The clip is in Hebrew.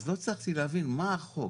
אז לא הצלחתי להבין מה החוק?